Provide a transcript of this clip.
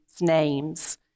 names